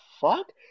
fuck